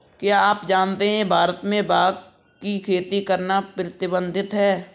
क्या आप जानते है भारत में भांग की खेती करना प्रतिबंधित है?